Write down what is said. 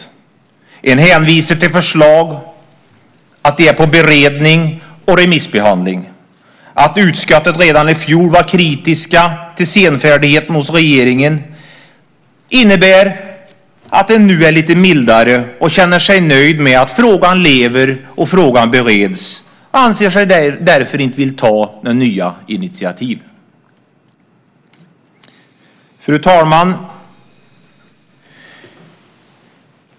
Man hänvisar till att förslag är under beredning och på remissbehandling. Att utskottet redan i fjol var kritiskt till senfärdigheten hos regeringen innebär att man nu är lite mildare och känner sig nöjd med att frågan lever och bereds. Man anser sig därför inte vilja ta några nya initiativ. Fru talman!